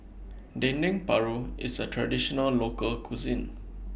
Dendeng Paru IS A Traditional Local Cuisine